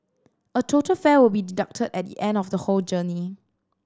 a total fare will be deducted at the end of the whole journey